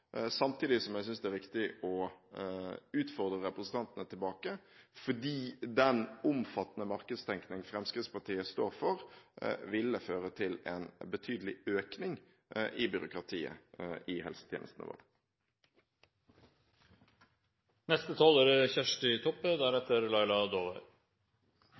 Samtidig synes jeg det er viktig å utfordre representantene tilbake, fordi den omfattende markedstenkningen som Fremskrittspartiet står for, ville føre til en betydelig økning av byråkratiet i helsetjenestene